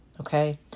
Okay